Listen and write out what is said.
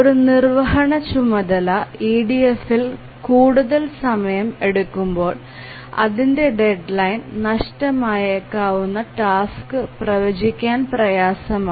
ഒരു നിർവ്വഹണ ചുമതല EDF ൽ കൂടുതൽ സമയം എടുക്കുമ്പോൾ അതിന്റെ ഡെഡ്ലൈൻ നഷ്ടമായേക്കാവുന്ന ടാസ്ക് പ്രവചിക്കാൻ പ്രയാസമാണ്